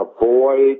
avoid